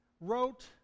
wrote